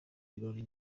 birori